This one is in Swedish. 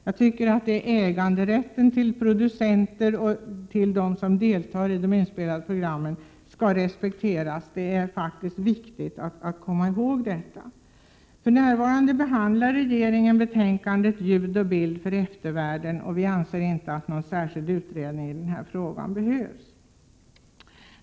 Jag tycker att den äganderätt som producenter och de som deltar i de inspelade programmen har skall respekteras. Det är faktiskt viktigt att komma ihåg detta. Regeringen behandlar för närvarande betänkandet Ljud och bild för eftervärlden. Utskottet anser därför inte att någon särskild utredning i den här frågan behövs.